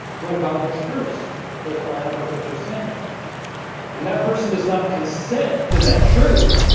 what about this first it doesn't line up with what you're saying and that person does not consent to that truth